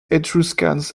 etruscans